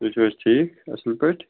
تُہۍ چھُو حظ ٹھیٖک اَصٕل پٲٹھۍ